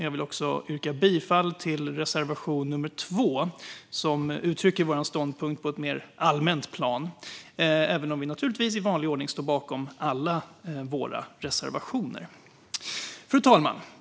Jag yrka bifall till reservation nummer 2 som uttrycker vår ståndpunkt på ett mer allmänt plan. Men vi står i vanlig ordning givetvis bakom alla våra reservationer. Fru talman!